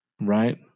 Right